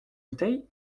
bouteille